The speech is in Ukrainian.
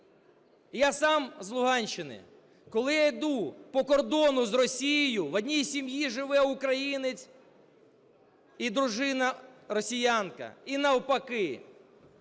Я сам з Луганщини. Коли я йду по кордону з Росією, в одній сім'ї живе українець і дружина росіянка – і навпаки.